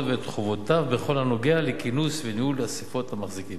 ואת חובותיו בכל הנוגע לכינוס וניהול של אספות המחזיקים.